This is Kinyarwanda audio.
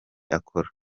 akora